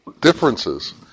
differences